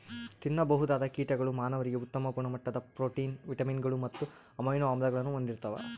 ತಿನ್ನಬಹುದಾದ ಕೀಟಗಳು ಮಾನವರಿಗೆ ಉತ್ತಮ ಗುಣಮಟ್ಟದ ಪ್ರೋಟೀನ್, ವಿಟಮಿನ್ಗಳು ಮತ್ತು ಅಮೈನೋ ಆಮ್ಲಗಳನ್ನು ಹೊಂದಿರ್ತವ